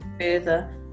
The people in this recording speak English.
further